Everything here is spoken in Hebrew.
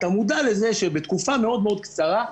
אתה מודע לזה שבתקופה מאוד מאוד קצרה,